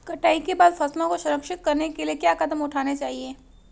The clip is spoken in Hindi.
कटाई के बाद फसलों को संरक्षित करने के लिए क्या कदम उठाने चाहिए?